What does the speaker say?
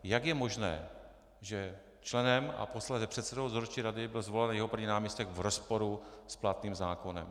Jak je možné, že členem a posléze předsedou dozorčí rady byl zvolen jeho první náměstek v rozporu s platným zákonem.